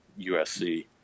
USC